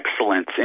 excellence